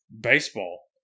baseball